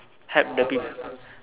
help the people